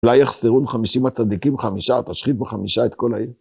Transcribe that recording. אולי יחסרו מחמישים הצדיקים חמישה, תשחית בחמישה את כל העיר.